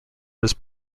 was